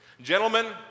Gentlemen